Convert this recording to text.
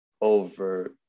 over